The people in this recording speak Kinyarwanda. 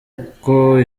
uko